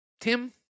tim